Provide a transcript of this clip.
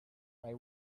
they